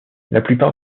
plupart